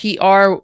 PR